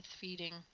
feeding